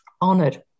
honored